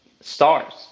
stars